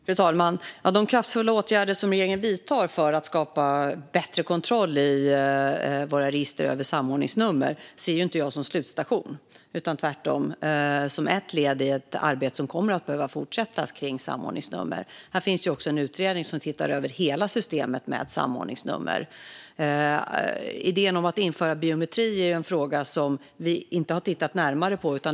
Fru talman! De kraftfulla åtgärder som regeringen vidtar för att skapa bättre kontroll i våra register över samordningsnummer ser jag inte som slutstation utan tvärtom som ett led i ett arbete med samordningsnumren som kommer att behöva fortsätta. I det finns också en utredning som ser över hela systemet med samordningsnummer. Att införa biometri är en fråga som vi inte har tittat närmare på.